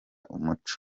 umuco